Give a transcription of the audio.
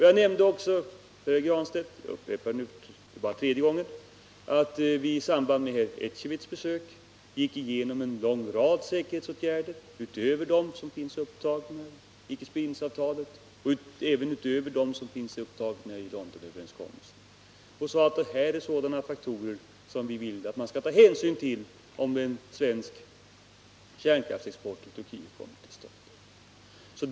Jag nämnde också för herr Granstedt — jag upprepar det nu, bara för tredje gången — att vi i samband med Ecevits besök gick igenom en lång rad säkerhetsåtgärder utöver dem som finns upptagna i icke-spridningsavtalet och Londonriktlinjerna och sade att det är sådana faktorer som vi vill att man skall ta hänsyn till om en svensk kärnkraftsexport till Turkiet kommer till stånd.